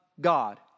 God